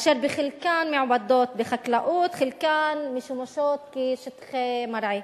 אשר בחלקן מעובדות בחקלאות וחלקן משמשות כשטחי מרעה.